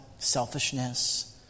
Selfishness